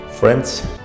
Friends